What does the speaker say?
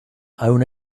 own